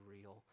real